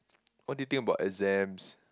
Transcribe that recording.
what do you think about exams